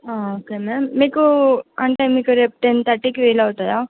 okay ma'am మీకు అంటే మీకు రేపు టెన్ థర్టీకి వీలవుతుందా